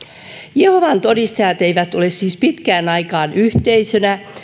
jehovan todistajat eivät ole siis pitkään aikaan yhteisönä